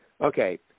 Okay